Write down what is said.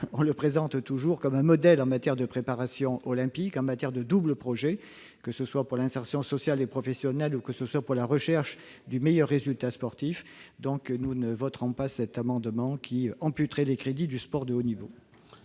le présente toujours : un modèle en manière de préparation olympique et de double projet, que ce soit pour l'insertion sociale et professionnelle ou pour la recherche du meilleur résultat sportif. Nous ne voterons donc pas cet amendement, qui tend à amputer les crédits affectés au sport de haut niveau.